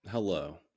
Hello